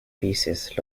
thesis